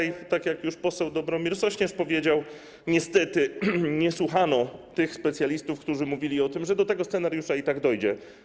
Jak już poseł Dobromir Sośnierz powiedział, niestety nie słuchano specjalistów, którzy mówili o tym, że do tego scenariusza i tak dojdzie.